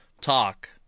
talk